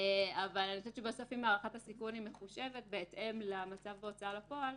אני חושבת שבסוף אם הערכת הסיכון מחושבת בהתאם למצב בהוצאה לפועל,